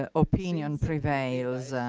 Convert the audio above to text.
ah opinion prevails.